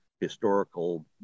historical